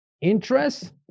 Interest